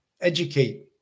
educate